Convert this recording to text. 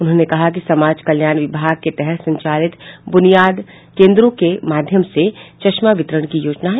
उन्होंने कहा कि समाज कल्याण विभाग के तहत संचालित बुनियाद केन्द्रों के माध्यम से चश्मा वितरण की योजना है